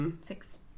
Six